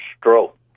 stroke